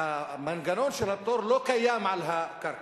והמנגנון של הפטור לא קיים על הקרקע,